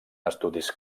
estudis